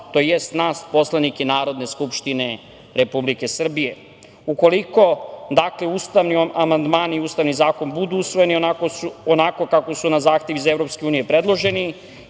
tj. nas poslanike Narodne skupštine Republike Srbije. Ukoliko ustavni amandmani i Ustavni zakon budu usvojeni onako kako su na zahtev iz EU predloženi